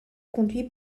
conduits